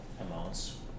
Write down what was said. amounts